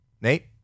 Nate